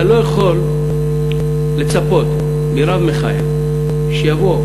אתה לא יכול לצפות מרב מכהן שיבוא,